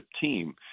team